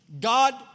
God